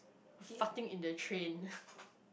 farting in the train